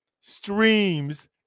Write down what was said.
streams